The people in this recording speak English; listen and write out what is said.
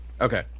Okay